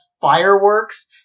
fireworks